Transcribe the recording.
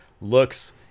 looks